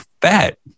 fat